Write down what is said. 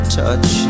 touch